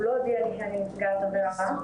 הוא לא הודיע לי שאני נפגעת עבירה,